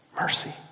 mercy